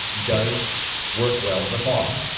does work well for cost.